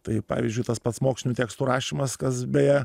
tai pavyzdžiui tas pats mokslinių tekstų rašymas kas beje